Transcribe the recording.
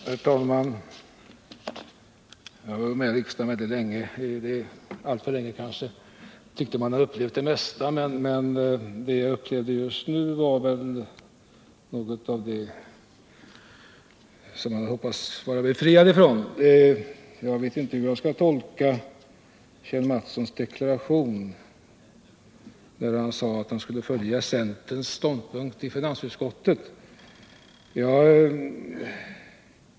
Herr talman! Jag har varit med i riksdagen väldigt länge — kanske alltför länge — och jag tyckte att jag hade upplevt det mesta. Men det jag upplevde just nu var väl något av det jag hade hoppats få vara befriad från. Jag vet inte hur jag skall tolka Kjell Mattssons deklaration när han sade att han skulle följa centerns ståndpunkt i finansutskottet.